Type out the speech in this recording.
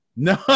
No